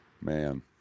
man